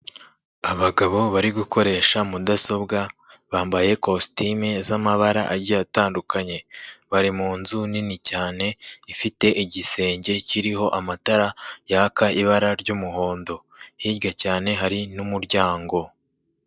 Abagabo bari gukoresha mudasobwa bambaye kositime z'amabara agiye atandukanye. Bari mu nzu nini cyane ifite igisenge kiriho amatara yaka ibara ry'umuhondo. Hirya cyane hari n'umuryango.